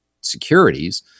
securities